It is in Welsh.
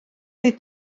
oedd